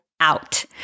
Out